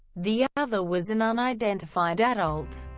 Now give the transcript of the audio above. the other was an unidentified adult.